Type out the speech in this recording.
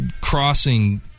crossing